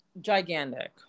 Gigantic